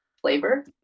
flavor